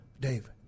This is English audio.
Dave